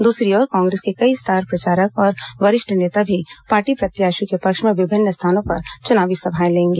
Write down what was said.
दूसरी ओर कांग्रेस के कई स्टार प्रचारक और वरिष्ठ नेता भी पार्टी प्रत्याशियों के पक्ष में विभिन्न स्थानों पर चुनावी सभाएं लेंगे